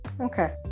Okay